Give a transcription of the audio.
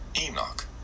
Enoch